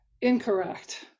incorrect